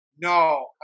No